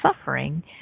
suffering